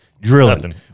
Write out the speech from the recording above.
Drilling